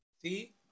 See